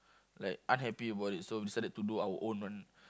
like unhappy about it so we started to do our own one